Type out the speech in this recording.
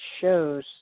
shows